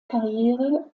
karriere